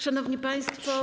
Szanowni Państwo!